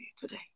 today